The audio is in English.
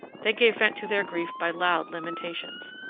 they gave vent to their grief by loud lamentations.